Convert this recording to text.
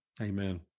Amen